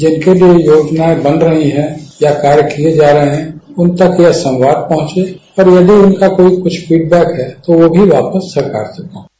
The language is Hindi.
जिनके लिए योजनाएं बन रही हैं या कार्य किए जा रहे हैं उन तक यह संवाद पहुंचे और यदि उनका कोई कुछ फीडबैक है तो वह भी वापस सरकार तक पहुंचे